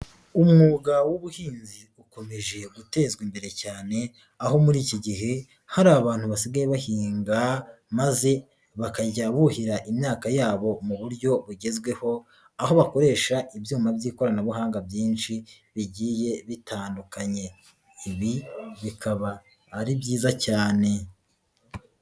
umwuga w'ubuhinzi ukomeje gutezwa imbere cyane, aho muri iki gihe hari abantu basigaye bahinga maze bakajya buhira imyaka yabo mu buryo bugezweho, aho bakoresha ibyuma by'ikoranabuhanga byinshi bigiye bitandukanye. Ibi bikaba ari byiza cyane.